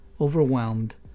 overwhelmed